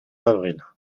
avril